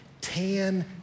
tan